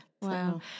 Wow